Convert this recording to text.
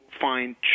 find